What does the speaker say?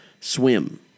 swim